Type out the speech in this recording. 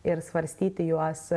ir svarstyti juos